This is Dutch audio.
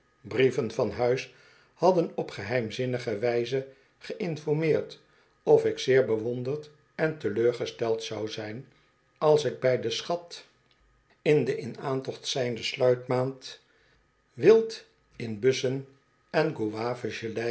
brieven van huis hadden op geheimzinnige wijze geïnformeerd of ik zeer verwonderd en teleurgesteld zou zijn als ik bij den schat in de in aantocht zijnde sluitmand wild in bussen en